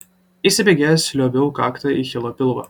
įsibėgėjęs liuobiau kakta į hilo pilvą